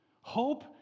Hope